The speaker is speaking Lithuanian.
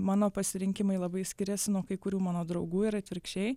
mano pasirinkimai labai skiriasi nuo kai kurių mano draugų ir atvirkščiai